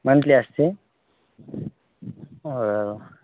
monthly असते हो